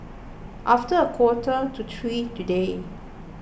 after a quarter to three today